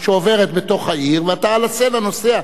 שעוברת בתוך העיר, ואתה, על ה"סנה" נוסע.